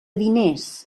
diners